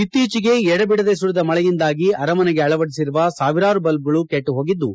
ಇಕ್ತೀಚೆಗೆ ಎಡೆಬಿಡದೆ ಸುರಿದ ಮಳೆಯಿಂದಾಗಿ ಅರಮನೆಗೆ ಅಳವಡಿಸಿರುವ ಸಾವಿರಾರು ಬಲ್ಲಾಗಳು ಕೆಟ್ಟು ಹೋಗಿದ್ದು